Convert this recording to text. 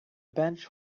bench